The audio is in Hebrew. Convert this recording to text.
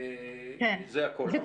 זה הכל.